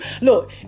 Look